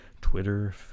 Twitter